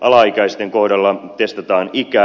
alaikäisten kohdalla testataan ikä